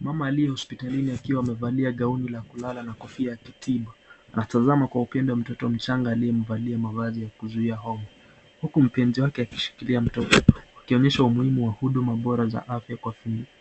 Mama aliye hospitalini akiwa amevalia gauni la kulala na kofia ya kitiba, anatazama mtoto mchanga aliyemvalia mavazi ya kuzuia homa uku mpenzi wake akishikilia mtoto wakionyesha umuhimu wa huduma bora za afya kwa